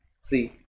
See